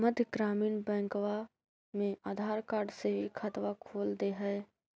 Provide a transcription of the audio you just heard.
मध्य ग्रामीण बैंकवा मे आधार कार्ड से भी खतवा खोल दे है?